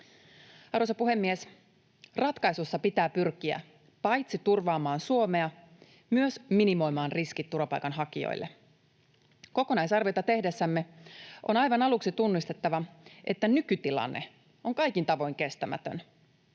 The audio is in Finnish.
Arvoisa puhemies! Ratkaisussa pitää pyrkiä paitsi turvaamaan Suomea myös minimoimaan riskit turvapaikanhakijoille. Kokonaisarviota tehdessämme on aivan aluksi tunnistettava, että nykytilanne on kaikin tavoin kestämätön.